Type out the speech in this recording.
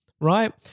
right